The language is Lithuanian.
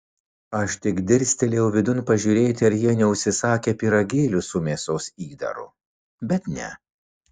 aš tik dirstelėjau vidun pažiūrėti ar jie neužsisakę pyragėlių su mėsos įdaru bet ne